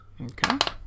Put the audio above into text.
Okay